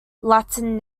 latin